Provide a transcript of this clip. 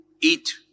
eat